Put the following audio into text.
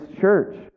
church